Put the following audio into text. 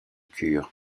cure